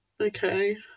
Okay